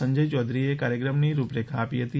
સંજય યૌધરીએ કાર્યક્રમની રૂપરેખા આપી હતી